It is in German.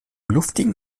luftigen